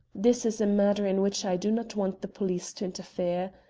this is a matter in which i do not want the police to interfere.